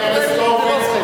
לא friendly, זה לא friendly.